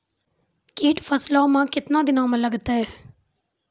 कीट फसलों मे कितने दिनों मे लगते हैं?